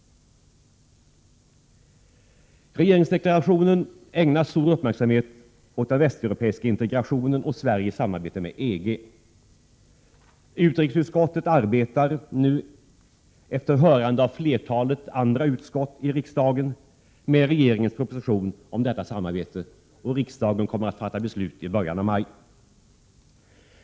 Regeringsdeklarationen ägnar stor uppmärksamhet åt frågan om den västeuropeiska integrationen och Sveriges samarbete med EG. Utrikesutskottet arbetar nu, efter hörande av flertalet andra utskott i riksdagen, med regeringens proposition om detta samarbete, och riksdagen kommer att fatta beslut i början av maj.